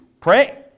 Pray